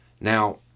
Now